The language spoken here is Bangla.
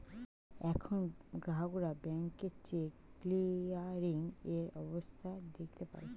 এখন গ্রাহকরা ব্যাংকে চেক ক্লিয়ারিং এর অবস্থা দেখতে পারে